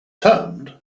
termed